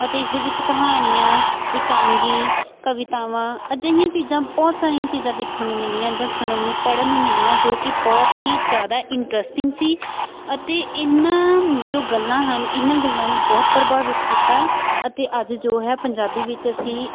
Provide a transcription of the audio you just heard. ਅਤੇ ਇਸਦੇ ਵਿੱਚ ਕਹਾਣੀਆਂ ਇਕਾਂਗੀ ਕਵਿਤਾਵਾਂ ਅਜਿਹੀਆਂ ਚੀਜ਼ਾਂ ਬਹੁਤ ਸਾਰੀਆਂ ਚੀਜ਼ਾਂ ਦੇਖਣ ਨੂੰ ਮਿਲੀਆਂ ਜਾਂ ਸੁਣਨ ਨੂੰ ਪੜ੍ਹਨ ਨੂੰ ਮਿਲੀਆਂ ਜੋ ਕਿ ਬਹੁਤ ਹੀ ਜ਼ਿਆਦਾ ਇੰਟਰਸਟਿੰਗ ਸੀ ਅਤੇ ਇਹਨਾਂ ਜੋ ਗੱਲਾਂ ਹਨ ਇਹਨਾਂ ਗੱਲਾਂ ਨੇ ਬਹੁਤ ਪ੍ਰਭਾਵਿਤ ਕੀਤਾ ਅਤੇ ਅੱਜ ਜੋ ਹੈ ਪੰਜਾਬੀ ਵਿੱਚ ਅਸੀਂ